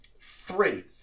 Three